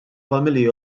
familji